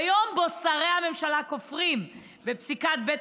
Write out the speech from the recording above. ביום שבו שרי ממשלה כופרים בפסיקת בית